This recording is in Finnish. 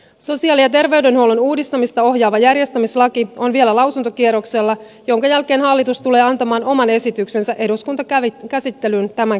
sosiaali ja terveydenhuollon uudistamista ohjaava järjestämislaki on vielä lausuntokierroksella jonka jälkeen hallitus tulee antamaan oman esityksensä eduskuntakäsittelyyn tämän kevään aikana